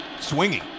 Swinging